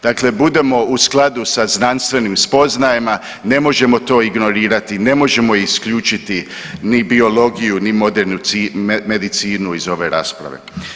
Dakle, budemo u skladu sa znanstvenim spoznajama, ne možemo to ignorirati, ne možemo isključiti ni biologiju, ni modernu medicinu iz ove rasprave.